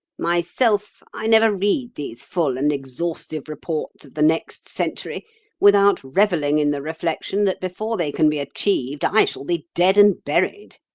myself i never read these full and exhaustive reports of the next century without revelling in the reflection that before they can be achieved i shall be dead and buried.